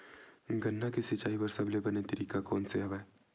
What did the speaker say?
गन्ना के सिंचाई बर सबले बने तरीका कोन से हवय?